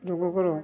ଯୋଗ କର